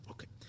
Okay